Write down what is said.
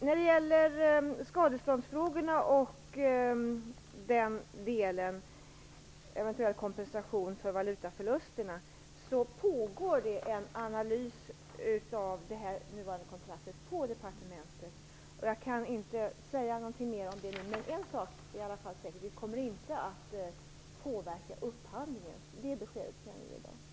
När det gäller skadeståndsfrågorna och eventuell kompensation för valutaförlusterna pågår det en analys av det nuvarande kontraktet på departementet, och jag kan inte säga någonting mer om det nu. Men en sak är säker: Det kommer inte att påverka upphandlingen - det beskedet kan jag ge i dag.